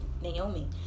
Naomi